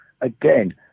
Again